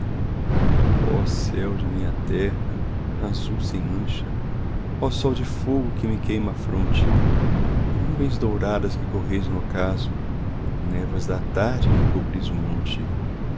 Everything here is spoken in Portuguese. oh céu de minha terra azul sem mancha oh sol de fogo que me queima a fronte nuvens douradas que correis no ocaso névoas da tarde que cobris o monte